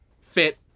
fit